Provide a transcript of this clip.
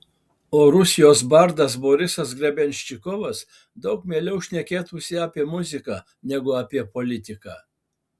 o rusijos bardas borisas grebenščikovas daug mieliau šnekėtųsi apie muziką negu apie politiką